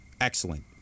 excellent